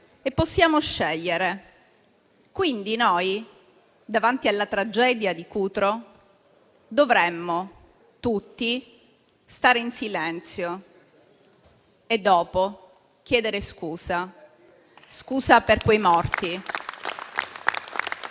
e possiamo scegliere. Quindi noi, davanti alla tragedia di Cutro, dovremmo tutti stare in silenzio e, dopo, chiedere scusa per quei morti